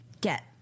get